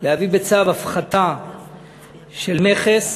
להביא בצו הפחתה של מכס,